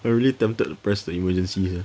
I really tempted to press the emergency here